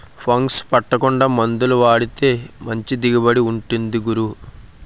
fungus పట్టకుండా మందులు వాడితే మంచి దిగుబడి ఉంటుంది గురూ